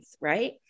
Right